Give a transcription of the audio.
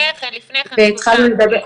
והתחלנו --- לא,